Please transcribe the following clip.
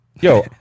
yo